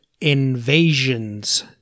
invasions